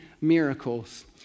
miracles